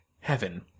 Heaven